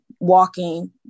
walking